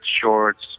shorts